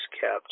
kept